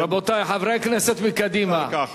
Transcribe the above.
רבותי חברי הכנסת מקדימה,